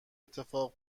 اتفاق